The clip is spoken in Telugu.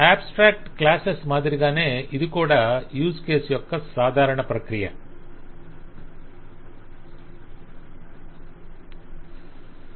అబ్స్ట్రాక్ట్ క్లాసేస్ మాదిరిగానే ఇది కూడా యూజ్ కేస్ యొక్క సాధారణ ప్రక్రియే